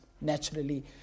naturally